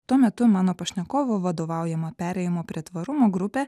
tuo metu mano pašnekovo vadovaujama perėjimo prie tvarumo grupė